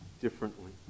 differently